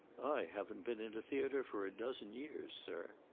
i haven't been in a theater for a dozen years, sir.